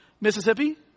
Mississippi